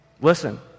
Listen